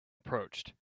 approached